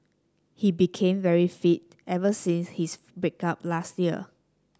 he became very fit ever since his break up last year